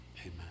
amen